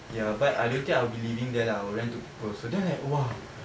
ya but I don't think I'll be living there lah I will rent to people also then I like !wah!